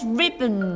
ribbon